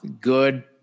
Good